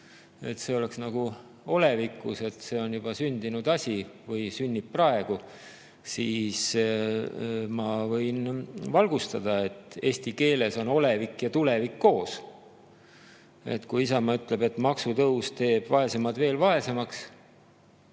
see oleks nagu olevikus, et see on juba sündinud asi või sünnib praegu, siis ma võin valgustada, et eesti keeles on olevik ja tulevik koos. Kui Isamaa ütleb, et maksutõus teeb vaesemad veel vaesemaks,